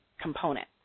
component